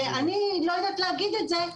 ואני לא יודעת להגיד את זה,